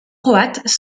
croates